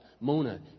Mona